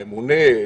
הממונה,